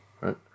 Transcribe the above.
right